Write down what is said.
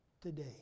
today